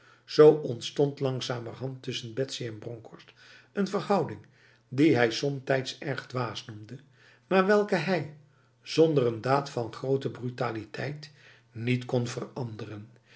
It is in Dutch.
z ontstond langzamerhand tussen betsy en bronkhorst een verhouding die hij somtijds erg dwaas noemde maar welke hij zonder een daad van grote brutaliteit niet kon veranderen